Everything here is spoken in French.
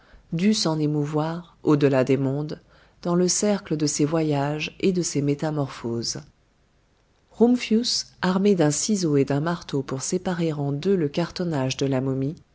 dut s'en émouvoir au-delà des mondes dans le cercle de ses voyages et de ses métamorphoses rumphius armé d'un ciseau et d'un marteau pour séparer en deux le cartonnage de la momie